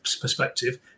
perspective